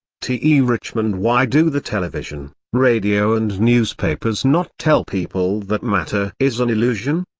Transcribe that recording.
t e. richmond why do the television, radio and newspapers not tell people that matter is an illusion?